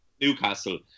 Newcastle